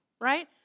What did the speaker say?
right